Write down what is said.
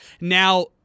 Now